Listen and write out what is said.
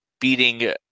beating